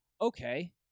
Okay